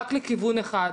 אבל רק לכיוון אחד,